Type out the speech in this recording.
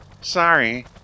Sorry